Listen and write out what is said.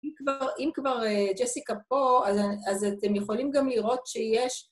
אם כבר ג'סיקה פה, אז אתם יכולים גם לראות שיש...